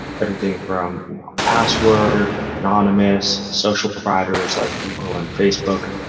everything from you know password, anonymous, social providers like google and facebook,